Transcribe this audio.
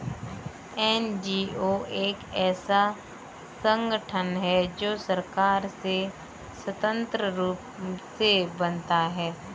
NGO एक ऐसा संगठन है जो सरकार से स्वतंत्र रूप से बनता है